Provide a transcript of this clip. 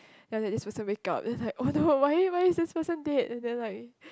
then after that they were supposed to wake up then its like oh no why why is this person dead and then like